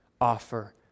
offer